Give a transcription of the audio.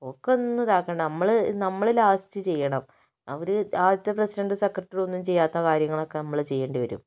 ഓർക്ക് ഒന്നും ഇത്താക്കണ്ട നമ്മൾ നമ്മൾ ലാസ്റ്റ് ചെയ്യണം അവർ ആദ്യത്തെ പ്രസിഡൻറ്റ് സെക്രട്ടറി ഒന്നും ചെയ്യാത്ത കാര്യങ്ങളൊക്കെ നമ്മൾ ചെയ്യേണ്ടി വരും